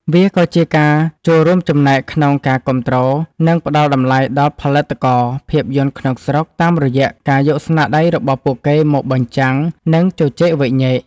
វាក៏ជាការចូលរួមចំណែកក្នុងការគាំទ្រ និងផ្ដល់តម្លៃដល់ផលិតករភាពយន្តក្នុងស្រុក តាមរយៈការយកស្នាដៃរបស់ពួកគេមកបញ្ចាំង និងជជែកវែកញែក។